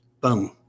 Boom